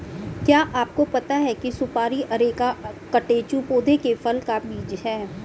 क्या आपको पता है सुपारी अरेका कटेचु पौधे के फल का बीज है?